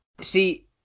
See